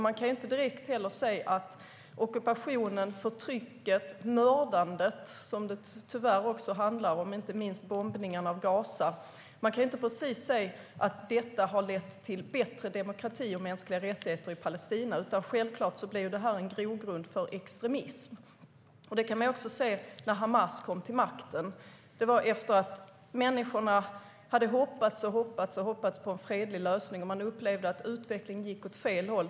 Man kan inte direkt se att ockupationen, förtrycket och mördandet, som det tyvärr också handlar om, inte minst bombningarna av Gaza, har lett till mer demokrati och mänskliga rättigheter i Palestina. Självklart är det en grogrund för extremism. Det kunde man också se när Hamas kom till makten. Det var efter att människor hade hoppats länge på en fredlig lösning men upplevde att utvecklingen gick åt fel håll.